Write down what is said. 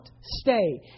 stay